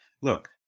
look